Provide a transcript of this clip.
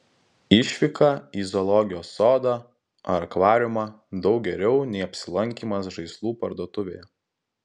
išvyka į zoologijos sodą ar akvariumą daug geriau nei apsilankymas žaislų parduotuvėje